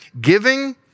giving